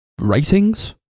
ratings